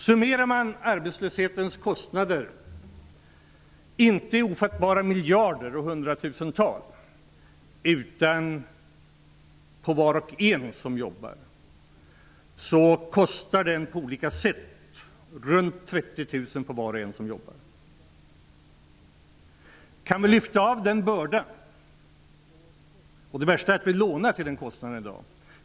Summerar man utgifterna för arbetslösheten -- inte i ofattbara miljarder och hundratusental, utan för var och en som jobbar -- kostar den på olika sätt runt 30 000 kr för var och en som jobbar. Det värsta är att vi lånar till den kostnaden i dag.